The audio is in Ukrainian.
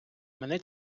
мене